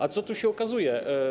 A co tu się okazuje?